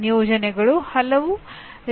ನಿಯೋಜನೆಗಳು ಹಲವು ರೀತಿಯಲ್ಲಿ ಇರಬಹುದು